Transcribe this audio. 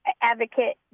advocate